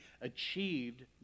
achieved